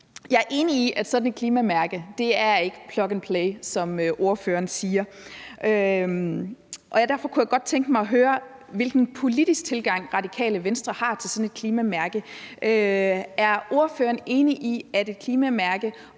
Jeg er enig i, at sådan et klimamærke ikke er plug and play, som ordføreren siger, og derfor kunne jeg godt tænke mig at høre, hvilken politisk tilgang Radikale Venstre har til sådan et klimamærke. Er ordføreren enig i, at et klimamærke